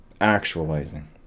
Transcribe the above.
actualizing